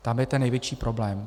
Tam je ten největší problém.